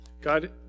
God